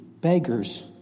beggars